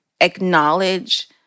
acknowledge